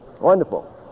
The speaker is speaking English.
Wonderful